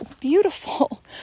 beautiful